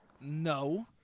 no